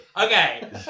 Okay